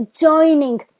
joining